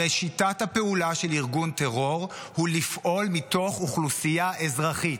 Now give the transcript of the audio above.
הרי שיטת הפעולה של ארגון טרור היא לפעול מתוך אוכלוסייה אזרחית.